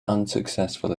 unsuccessful